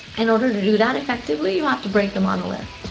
in order to to that effectively, you have to break the monolith.